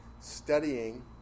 Studying